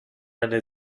eine